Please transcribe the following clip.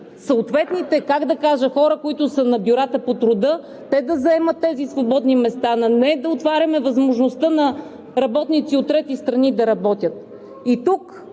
съответните хора, които са на бюрата по труда, да заемат тези свободни места, а не да отваряме възможността на работници от трети страни да работят.